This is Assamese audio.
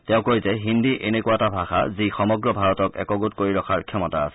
তেওঁ কয় যে হিন্দী এনেকুৱা এটা ভাষা যিয়ে সমগ্ৰ ভাৰতক একগোট কৰি ৰখাৰ ক্ষমতা আছে